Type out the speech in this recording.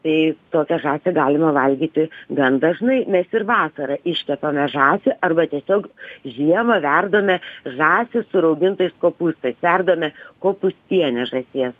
tai tokią žąsį galima valgyti gan dažnai mes ir vasarą iškepame žąsį arba tiesiog žiemą verdame žąsį su raugintais kopūstais verdame kopūstienę žąsies